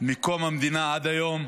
מקום המדינה עד היום,